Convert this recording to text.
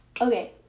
Okay